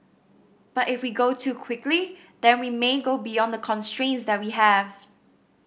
but if we go too quickly then we may go beyond the constraints that we have